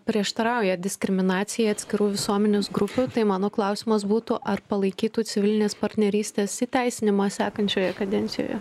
prieštarauja diskriminacijai atskirų visuomenės grupių tai mano klausimas būtų ar palaikytų civilinės partnerystės įteisinimą sekančioje kadencijoje